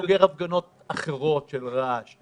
אני בוגר הפגנות אחרות שהיה בהן רעש.